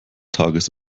tages